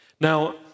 Now